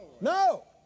No